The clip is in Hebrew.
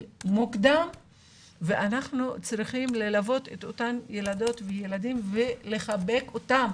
מוקדם ואנחנו צריכים ללוות את אותם ילדות וילדים ולחבק אותם